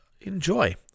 enjoy